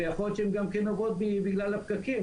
ויכול להיות שהן גם כן נובעות בגלל הפקקים,